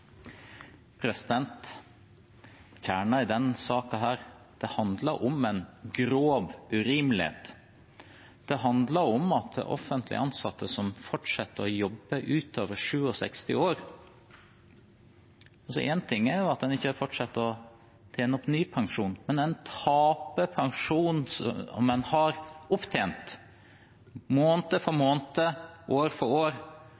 minutter. Kjernen i denne saken handler om en grov urimelighet. Det handler om offentlig ansatte som fortsetter å jobbe utover 67 år. Én ting er at en ikke fortsetter å tjene opp ny pensjon, men en taper pensjon som en har opptjent, måned for måned, år for år,